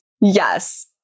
Yes